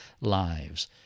lives